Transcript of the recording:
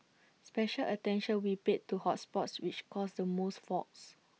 special attention will be paid to hot spots which cause the most faults